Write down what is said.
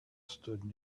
stood